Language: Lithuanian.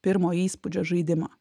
pirmo įspūdžio žaidimą